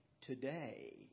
today